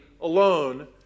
alone